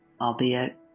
Albeit